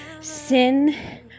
sin